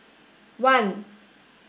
one